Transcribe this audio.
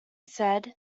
said